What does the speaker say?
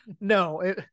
No